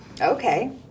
Okay